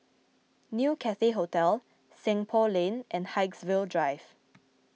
New Cathay Hotel Seng Poh Lane and Haigsville Drive